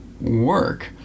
work